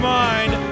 mind